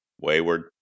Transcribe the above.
wayward